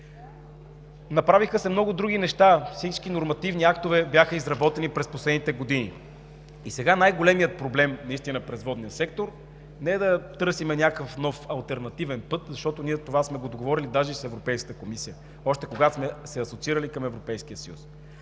Направиха се много други неща. Всички нормативни актове бяха изработени през последните години. И сега най-големият проблем наистина пред Водния сектор е не да търсим някакъв нов алтернативен път, защото ние това сме го договорили даже и с Европейската комисия, още когато сме се асоциирали към Европейския съюз.